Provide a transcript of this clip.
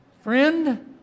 friend